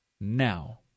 now